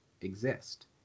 exist